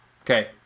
okay